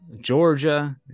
Georgia